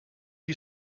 you